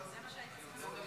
אנחנו לא עולים?